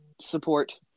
support